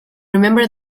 remember